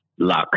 luck